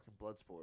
Bloodsport